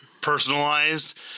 personalized